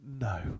no